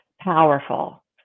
powerful